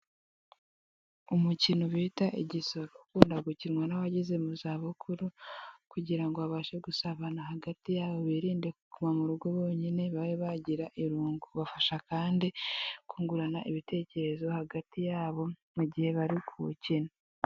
Umukino bita igisoro ukunda gukinwa n'abageze mu za bukuru kugira ngo abashe gusabana hagati yabo birinde kuguma mu rugo bonyine babe bagira irungu, ubafasha kandi kungurana ibitekerezo hagati yabo mu gihe bari kuwukina.